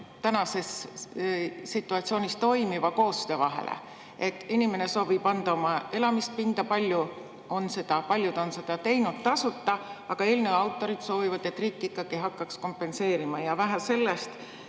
tänases situatsioonis toimivast koostööst hoolimata. Inimene soovib anda oma elamispinda, paljud on seda teinud tasuta, aga eelnõu autorid soovivad, et riik ikkagi hakkaks kompenseerima. Vähe sellest,